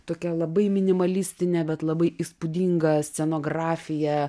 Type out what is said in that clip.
tokia labai minimalistine bet labai įspūdinga scenografija